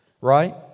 right